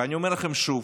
אני אומר לכם שוב: